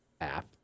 app